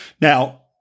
Now